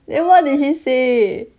then what did he say